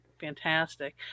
fantastic